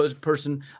person